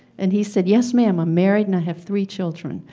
and he said, yes, ma'am. i'm married and i have three children.